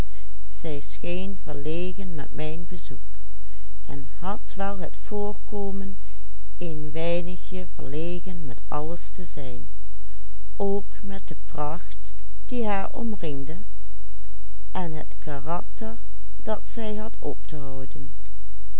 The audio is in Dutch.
een weinigje verlegen met alles te zijn ook met de pracht die haar omringde en het karakter dat zij had